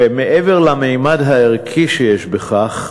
ומעבר לממד הערכי שיש בכך,